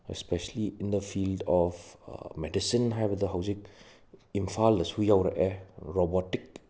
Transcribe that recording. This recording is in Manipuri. specially in the field of medicine ꯍꯥꯏꯕꯗ ꯍꯧꯖꯤꯛ ꯏꯝꯐꯥꯜꯗꯁꯨ ꯌꯧꯔꯛꯑꯦ ꯔꯣꯕꯣꯇꯤꯛ